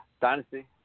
dynasty